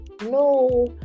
no